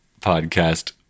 podcast